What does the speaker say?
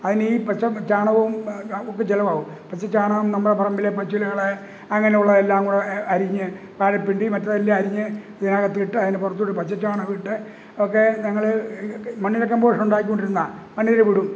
അതിനീ പച്ച ചാണകവും ഒക്കെ ചെലവാകും പച്ചച്ചാണകം നമ്മടെ പറമ്പിലെ പച്ചിലകള് അങ്ങനെയുള്ള എല്ലാങ്കൂടെ അരിഞ്ഞ് വാഴപ്പിണ്ടി മറ്റേതെല്ലാമരിഞ്ഞ് ഇതിനകത്തിട്ട് അതിൻ്റെ പുറത്തുകൂടി പച്ചച്ചാണകമിട്ട് ഒക്കെ ഞങ്ങള് എനിക്കൊക്കെ മണ്ണിര കമ്പോഷുണ്ടാക്കിക്കൊണ്ടിരുന്നാല് മണ്ണിരയുമിടും